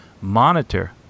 monitor